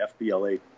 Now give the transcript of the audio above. FBLA